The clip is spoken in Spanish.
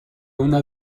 una